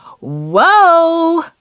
whoa